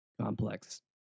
complex